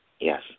Yes